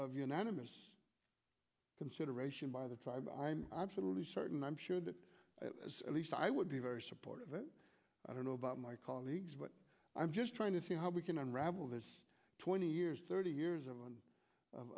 unanimous consideration by the tribe i'm absolutely certain i'm sure that at least i would be very supportive of it i don't know about my colleagues but i'm just trying to see how we can unravel this twenty years thirty years of one of